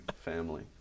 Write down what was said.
family